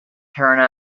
turn